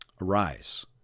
Arise